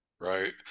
right